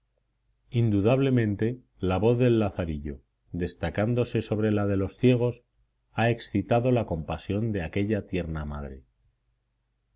indudablemente la voz infantil del lazarillo destacándose sobre la de los ciegos ha excitado la compasión de aquella tierna madre